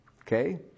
okay